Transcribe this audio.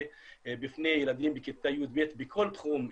בפני ילדים בכיתה י"ב בכל תחום אפשרי,